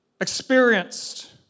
experienced